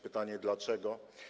Pytanie: Dlaczego?